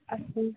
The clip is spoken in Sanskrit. अस्ति